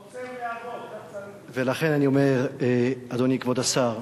חוצב להבות, ולכן, אני אומר, אדוני, כבוד השר,